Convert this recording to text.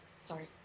Sorry